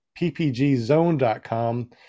ppgzone.com